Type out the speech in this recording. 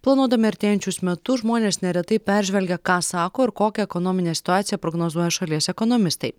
planuodami artėjančius metus žmonės neretai peržvelgia ką sako ir kokią ekonominę situaciją prognozuoja šalies ekonomistai